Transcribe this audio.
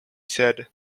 said